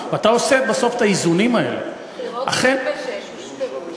כי אין לי ספק שכאשר יונח הסכם על השולחן,